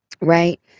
right